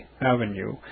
Avenue